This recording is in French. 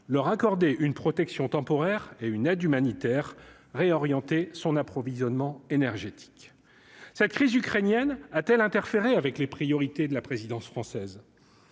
leur accorder une protection temporaire et une aide humanitaire réorienter son approvisionnement énergétique, cette crise ukrainienne a-t-elle interférer avec les priorités de la présidence française,